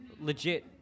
legit